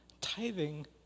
tithing